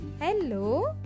Hello